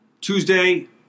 Tuesday